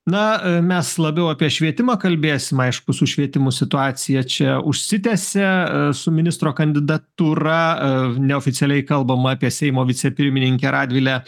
na a mes labiau apie švietimą kalbėsim aišku su švietimu situacija čia užsitęsia su ministro kandidatūra neoficialiai kalbama apie seimo vicepirmininkę radvilę